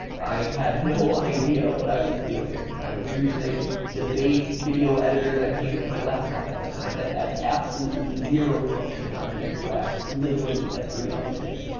i had no idea what i was doing. i was using the base video editor that came with my laptop at the time that had absolutely zero functionality and crashed literally every other day.